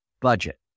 budget